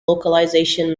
localization